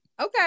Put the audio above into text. okay